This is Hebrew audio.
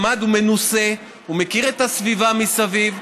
למד, הוא מנוסה, הוא מכיר את הסביבה מסביב.